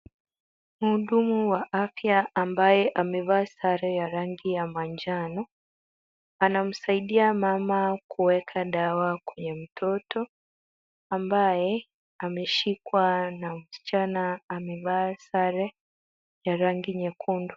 Mhudumu wa afya ambaye amevaa sare ya manjano anamsaidia mama kuweka dawa kwenye mtoto ambaye ameshikwa na msichana amevaa sare ya rangi nyekundu.